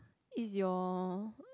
is your